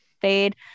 fade